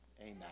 Amen